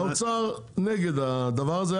האוצר נגד הדבר הזה,